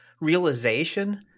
realization